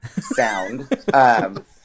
sound